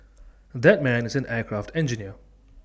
that man is an aircraft engineer